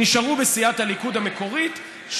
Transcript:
נשארו בסיעת הליכוד המקורית,